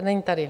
Není tady.